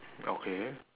okay